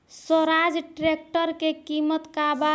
Swaraj tractor के किमत का बा?